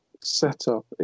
setup